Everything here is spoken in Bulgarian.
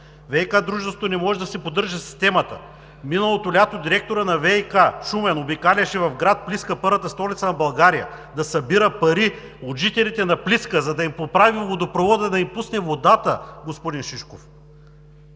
ВиК дружеството не може да си поддържа системата. Миналото лято директорът на ВиК Шумен обикаляше в град Плиска – първата столица на България, да събира пари от жителите на Плиска, за да им поправи водопровода и да им пусне водата, господин Шишков.